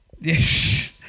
yes